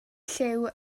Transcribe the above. lliw